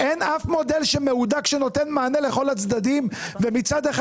אין אף מודל מהודק שנותן מענה לכל הצדדים ומצד אחד